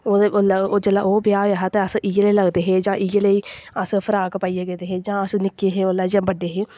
उसलै ओह् ब्याह् होया हा ते अस इ'यै जेह् लगदे हे इ'यै जेही अस फ्राक पाइयै गेदे हे जां अस निक्के हे उसलै जां बड्डे हे